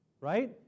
right